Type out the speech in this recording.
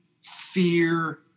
fear